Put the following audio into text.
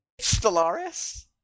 Stellaris